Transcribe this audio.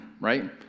right